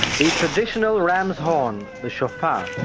the traditional ram's horn, the shofar,